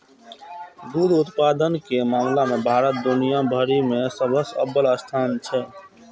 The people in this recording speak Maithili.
दुग्ध उत्पादन के मामला मे भारत दुनिया भरि मे सबसं अव्वल स्थान पर छै